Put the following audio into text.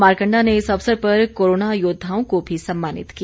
मारकंडा ने इस अवसर पर कोरोना योद्वाओं को भी सम्मानित किया